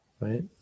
right